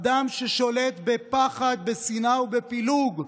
אדם ששולט בפחד, בשנאה ובפילוג,